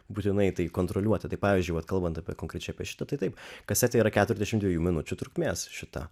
būtinai tai kontroliuoti tai pavyzdžiui vat kalbant apie konkrečiai apie šitą tai taip kasetė yra keturiasdešim dviejų minučių trukmės šita